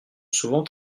souvent